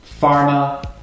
pharma